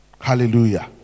hallelujah